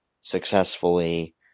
Successfully